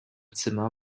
zimmer